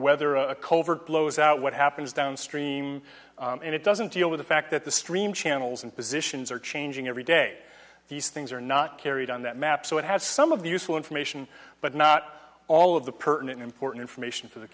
whether a culvert blows out what happens downstream and it doesn't deal with the fact that the stream channels and positions are changing every day these things are not carried on that map so it has some of the useful information but not all of the pertinent important information for the